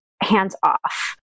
hands-off